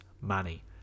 money